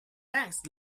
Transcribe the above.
thanks